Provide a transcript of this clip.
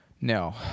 No